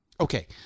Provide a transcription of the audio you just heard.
Okay